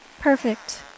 Perfect